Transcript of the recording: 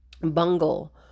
bungle